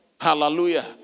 Hallelujah